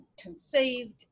conceived